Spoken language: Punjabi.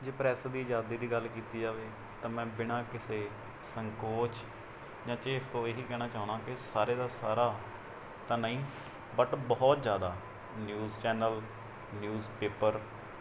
ਜੇ ਪ੍ਰੈਸ ਦੀ ਆਜ਼ਾਦੀ ਦੀ ਗੱਲ ਕੀਤੀ ਜਾਵੇ ਤਾਂ ਮੈਂ ਬਿਨਾਂ ਕਿਸੇ ਸੰਕੋਚ ਜਾਂ ਇਹੀ ਕਹਿਣਾ ਚਾਹੁੰਦਾ ਕਿ ਸਾਰੇ ਦਾ ਸਾਰਾ ਤਾਂ ਨਹੀਂ ਬਟ ਬਹੁਤ ਜ਼ਿਆਦਾ ਨਿਊਜ਼ ਚੈਨਲ ਨਿਊਜ਼ ਪੇਪਰ